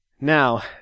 Now